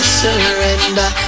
surrender